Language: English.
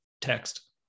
text